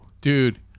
Dude